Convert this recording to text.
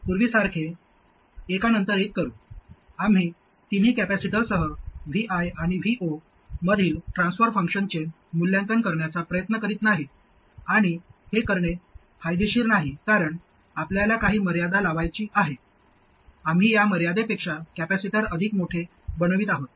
पूर्वीसारखे एका नंतर एक करू आम्ही तिन्ही कॅपेसिटरसह Vi आणि Vo मधील ट्रान्स्फर फंक्शनचे मूल्यांकन करण्याचा प्रयत्न करीत नाही आणि हे करणे फायदेशीर नाही कारण आपल्याला काही मर्यादा लावायची आहे आम्ही या मर्यादेपेक्षा कॅपेसिटर अधिक मोठे बनवित आहोत